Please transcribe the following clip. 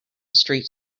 street